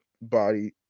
body